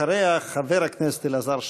אחריה, חבר הכנסת אלעזר שטרן.